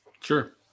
Sure